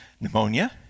pneumonia